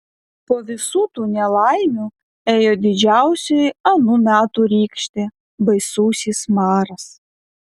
po visų tų nelaimių ėjo didžiausioji anų metų rykštė baisusis maras